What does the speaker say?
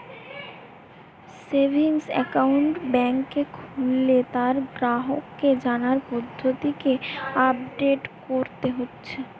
savings account বেংকে খুললে তার গ্রাহককে জানার পদ্ধতিকে আপডেট কোরতে হচ্ছে